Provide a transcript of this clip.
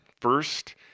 First